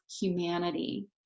humanity